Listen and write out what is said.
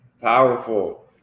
Powerful